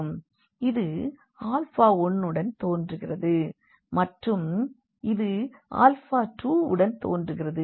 இது ஆல்ஃபா 1 உடன் தோன்றுகிறது மற்றும் இது ஆல்ஃபா 2 உடன் தோன்றுகிறது